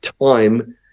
time